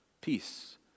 peace